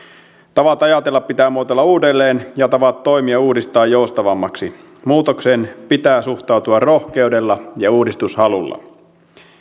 tavat ajatella pitää muotoilla uudelleen ja tavat toimia uudistaa joustavammiksi muutokseen pitää suhtautua rohkeudella ja uudistushalulla